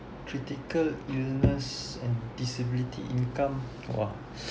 critical illness and disability income !wah!